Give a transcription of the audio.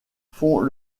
font